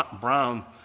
Brown